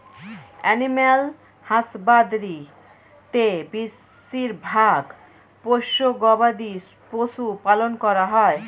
animal husbandry তে বেশিরভাগ পোষ্য গবাদি পশু পালন করা হয়